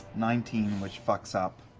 nineteen, which fucks up.